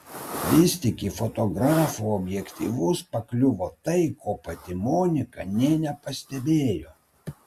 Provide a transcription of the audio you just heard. vis tik į fotografų objektyvus pakliuvo tai ko pati monika nė nepastebėjo